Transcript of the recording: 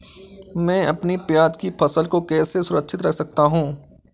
मैं अपनी प्याज की फसल को कैसे सुरक्षित रख सकता हूँ?